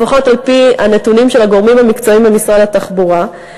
לפחות על-פי הנתונים של הגורמים המקצועיים במשרד התחבורה,